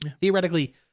theoretically